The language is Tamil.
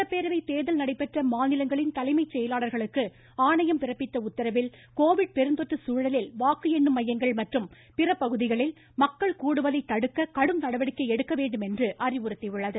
சட்டப்பேரவை தேர்தல் நடைபெற்ற மாநிலங்களின் தலைமை செயலாளர்களுக்கு ஆணையம் பிறப்பித்த உத்தரவில் கோவிட் பெருந்தொற்று சூழலில் வாக்கு எண்ணும் மையங்கள் மற்றும் பிற பகுதிகளில் மக்கள் கூடுவதை தடுக்க கடும் நடவடிக்கை எடுக்க வேண்டும் என்று அறிவுறுத்தியுள்ளது